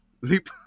leap